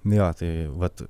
nu jo tai vat